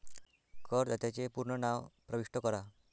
करदात्याचे पूर्ण नाव प्रविष्ट करा